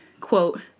quote